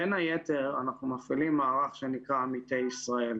בין היתר אנחנו מפעילים מערך שנקרא 'עמיתי ישראל'.